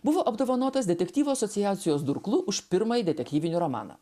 buvo apdovanotas detektyvų asociacijos durklu už pirmąjį detekyvinį romaną